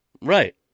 Right